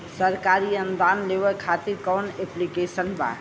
सरकारी अनुदान लेबे खातिर कवन ऐप्लिकेशन बा?